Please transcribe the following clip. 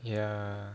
ya